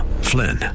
Flynn